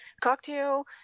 cocktail